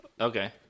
okay